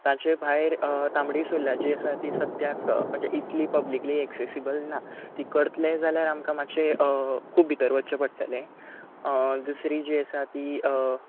ताचे भायर तांबडी सुर्ला जी आसा ती सद्याक म्हणजे इतली पब्लिकली एक्सॅसिबल ना ती करतलें जाल्या आमकां मात्शें खूब भितर वच्चें पडटलें दुसरी जी आसा ती